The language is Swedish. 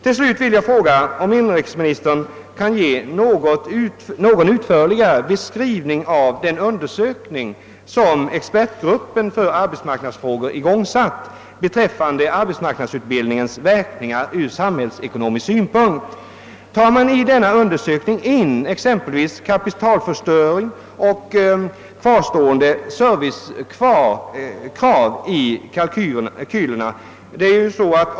Till slut vill jag fråga om inrikesministern kan ge en något utförligare beskrivning av den undersökning som expertgruppen för arbetsmarknadsfrågor igångsatt beträffande arbetsmarknadsutbildningens verkningar ur samhällsekonomisk synpunkt. Tar man i denna undersökning in kapitalförstöring och kvarstående servicekrav i kalkylerna?